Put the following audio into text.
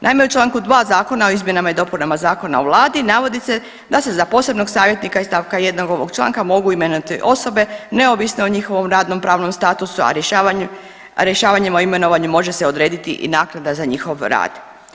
Naime, u Članku 2. Zakona o izmjenama i dopunama Zakona o vladi navodi se da se za posebnog savjetnika iz stavka 1. ovog članka mogu imenovati osobe neovisno o njihovom radno pravnom statusu, a rješavanjem o imenovanju može se odrediti i naknada za njihov rad.